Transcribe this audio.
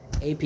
AP